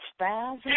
spaz